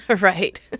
Right